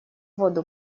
воду